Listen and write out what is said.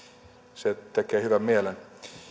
se tekee hyvän mielen